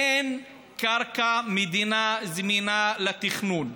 אין קרקע מדינה זמינה לתכנון.